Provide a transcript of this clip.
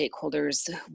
stakeholders